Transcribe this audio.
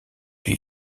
lui